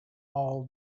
all